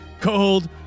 cold